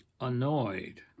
annoyed